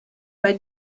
bei